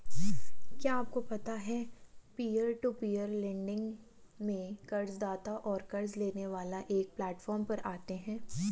क्या आपको पता है पीयर टू पीयर लेंडिंग में कर्ज़दाता और क़र्ज़ लेने वाला एक प्लैटफॉर्म पर आते है?